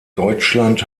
deutschland